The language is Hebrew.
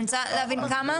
אני רוצה להבין כמה.